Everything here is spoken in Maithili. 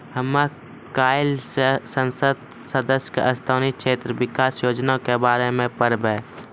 हमे काइल से संसद सदस्य के स्थानीय क्षेत्र विकास योजना के बारे मे पढ़बै